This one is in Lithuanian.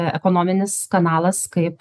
ekonominis kanalas kaip